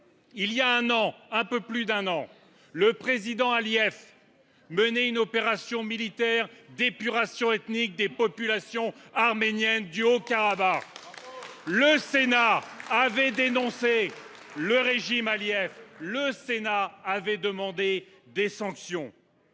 Il y a un peu plus d’un an, le président Aliyev menait une opération militaire d’épuration ethnique des populations arméniennes du Haut Karabagh. Le Sénat avait dénoncé le régime d’Aliyev, il avait demandé des sanctions.